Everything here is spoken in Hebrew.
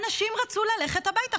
האנשים רצו ללכת הביתה.